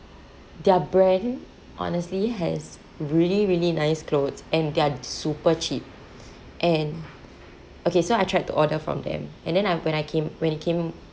their brand honestly has really really nice clothes and their super cheap and okay so I tried to order from them and then I when I came when it came